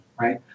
right